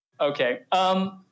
Okay